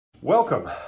Welcome